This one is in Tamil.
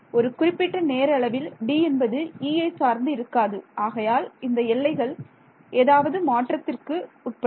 ஒரு குறிப்பிட்ட நேர அளவில் D என்பது E சார்ந்து இருக்காது ஆகையால் இந்த எல்லைகள் ஏதாவது மாற்றத்திற்கு உட்படும்